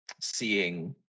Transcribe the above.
seeing